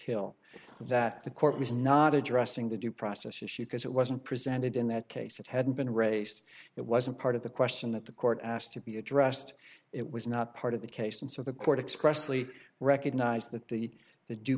hill that the court was not addressing the due process issue because it wasn't presented in that case it hadn't been raised it wasn't part of the question that the court asked to be addressed it was not part of the case and so the court expressly recognized that the the d